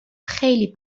خیلی